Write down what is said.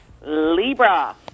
Libra